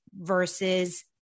versus